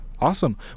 Awesome